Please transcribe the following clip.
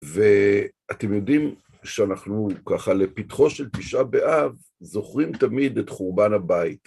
ואתם יודעים שאנחנו ככה, לפיתחו של תשעה באב, זוכרים תמיד את חורבן הבית.